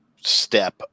step